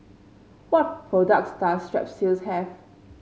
what products does Strepsils have